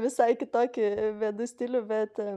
visai kitokį vedu stilių bet